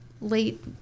late